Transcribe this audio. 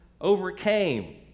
overcame